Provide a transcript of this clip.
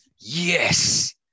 Yes